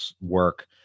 work